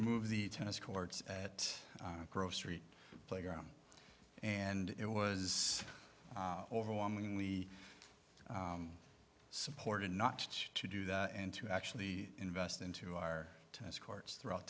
remove the tennis courts at a grocery playground and it was overwhelmingly supported not to do that and to actually invest into our tennis courts throughout